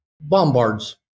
bombards